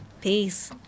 Peace